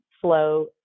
flow